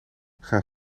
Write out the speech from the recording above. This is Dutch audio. gaan